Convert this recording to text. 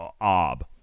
ob